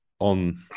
on